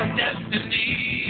destiny